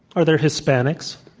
are there hispanics?